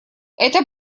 это